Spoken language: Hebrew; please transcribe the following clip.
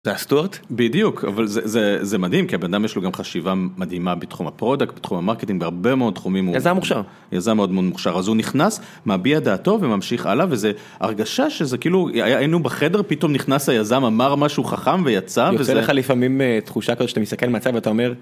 סטוארט, בדיוק אבל זה זה מדהים כי הבן אדם יש לו גם חשיבה מדהימה בתחום הפרודקט בתחום המרקטינג בהרבה מאוד תחומים הוא יזם מוכשר, יזם מאוד מאוד מוכשר אז הוא נכנס, מביע את דעתו וממשיך הלאה וזה הרגשה שזה כאילו היינו בחדר פתאום נכנס היזם אמר משהו חכם ויצא, יוצא לך לפעמים תחושה כזו שאתה מסתכל מהצד ואתה אומר